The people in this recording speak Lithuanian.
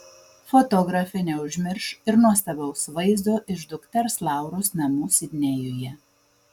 fotografė neužmirš ir nuostabaus vaizdo iš dukters lauros namų sidnėjuje